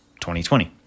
2020